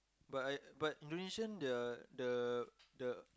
but I but Indonesian the the the